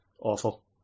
Awful